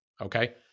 Okay